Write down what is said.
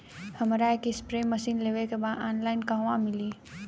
हमरा एक spray machine लेवे के बा ऑनलाइन कहवा मिली?